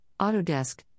Autodesk